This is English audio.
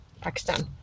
Pakistan